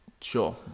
Sure